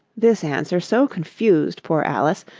this answer so confused poor alice,